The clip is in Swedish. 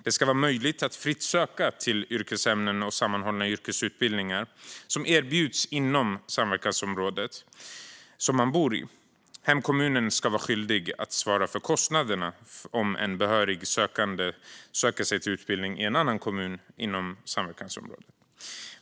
Det ska vara möjligt att fritt söka till sådana yrkesämnen och sammanhållna yrkesutbildningar som erbjuds inom samverkansområdet man bor i. Hemkommunen ska vara skyldig att svara för kostnaderna för en behörig sökandes utbildning i en annan kommun inom samverkansområdet.